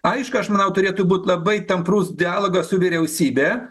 aišku aš manau turėtų būti labai tamprus dialogas su vyriausybe